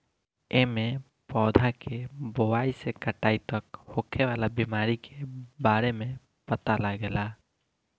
एमे पौधा के बोआई से कटाई तक होखे वाला बीमारी के बारे में पता लागेला